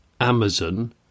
Amazon